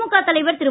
திமுக தலைவர் திரு